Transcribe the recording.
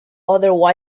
other